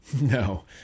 No